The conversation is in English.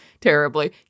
terribly